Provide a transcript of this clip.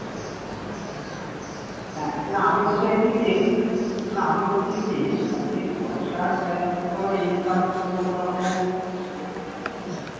হ্যাঁ না আমি বলতে চাইছি কি না আমি বলছি কি ও কি পয়সার কোনো ইনকামের জন্য কোনো রকম